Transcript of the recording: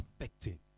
affecting